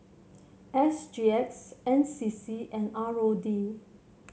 S G X N C C and R O D